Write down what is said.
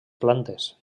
plantes